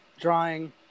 drawing